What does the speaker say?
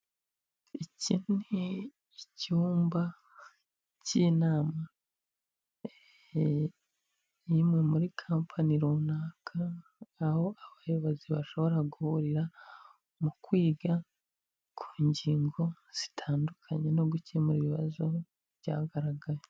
Iki ni icyumba k'inama y'imwe muri kampani runaka, aho abayobozi bashobora guhurira mu kwiga ku ngingo zitandukanye no gukemura ibibazo byagaragaye.